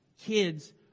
Kids